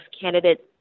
candidates